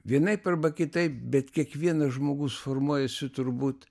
vienaip arba kitaip bet kiekvienas žmogus formuojasi turbūt